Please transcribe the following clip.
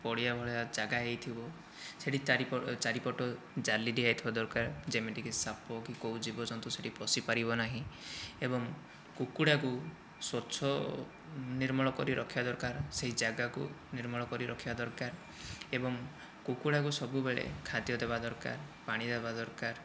ପଡ଼ିଆ ଭଳିଆ ଯାଗା ହୋଇଥିବ ସେଠି ଚାରିପଟ ଜାଲି ଦିଆ ହୋଇଥିବା ଦରକାର ଯେମିତି କି ସାପ କି କେଉଁ ଜୀବଜନ୍ତୁ ସେଠି ପଶି ପାରିବନାହିଁ ଏବଂ କୁକୁଡ଼ାକୁ ସ୍ଵଚ୍ଛ ନିର୍ମଳ କରି ରଖିବା ଦରକାର ସେହି ଯାଗାକୁ ନିର୍ମଳ କରି ରଖିବା ଦରକାର ଏବଂ କୁକୁଡ଼ାକୁ ସବୁବେଳେ ଖାଦ୍ୟ ଦେବା ଦରକାର ପାଣି ଦେବା ଦରକାର